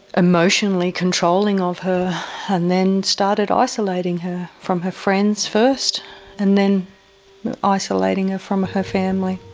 emotionally controlling of her and then started isolating her from her friends first and then isolating her from her family.